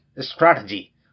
strategy